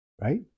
right